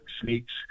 sneaks